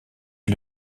est